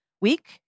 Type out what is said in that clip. week